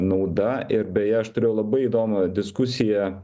nauda ir beje aš turėjau labai įdomią diskusiją